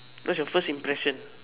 what is your first impression